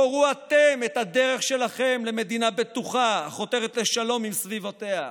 הורו אתם את הדרך שלכם למדינה בטוחה החותרת לשלום עם סביבותיה.